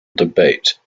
debate